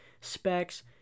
specs